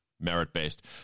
merit-based